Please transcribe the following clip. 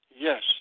Yes